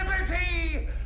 liberty